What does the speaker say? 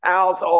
out